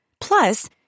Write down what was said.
Plus